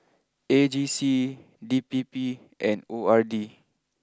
A G C D P P and O R D